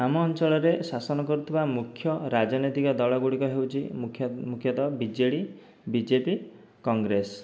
ଆମ ଅଞ୍ଚଳରେ ଶାସନ କରୁଥିବା ମୁଖ୍ୟ ରାଜନୈତିକ ଦଳ ଗୁଡ଼ିକ ହେଉଛି ମୁଖ୍ୟତଃ ବିଜେଡ଼ି ବିଜେପି କଂଗ୍ରେସ